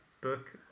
book